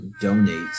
donate